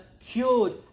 cured